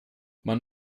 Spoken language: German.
man